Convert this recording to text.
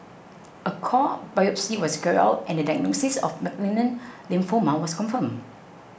a core biopsy was carried out and the diagnosis of malignant lymphoma was confirmed